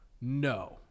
no